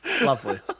Lovely